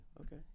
okay